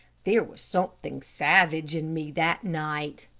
there was something savage in me that night.